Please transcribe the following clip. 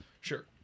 Sure